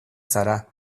zara